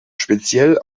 speziell